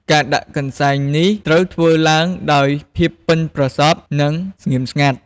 ការដាក់កន្សែងនេះត្រូវធ្វើឡើងដោយភាពប៉ិនប្រសប់ និងស្ងៀមស្ងាត់។